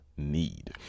need